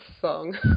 song